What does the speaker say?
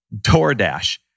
DoorDash